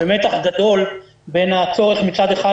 ומתח גדול בין הצורך מצד אחד,